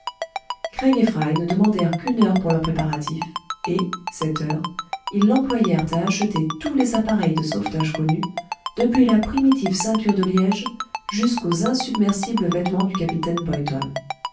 ne demandèrent qu'une heure pour leurs préparatifs et cette heure ils l'employèrent à acheter tous les appareils de sauvetage connus depuis la primitive ceinture de liège jusqu'aux insubmersibles vêtements du capitaine boyton